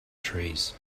trees